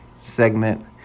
segment